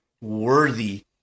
worthy